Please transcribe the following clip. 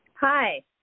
Hi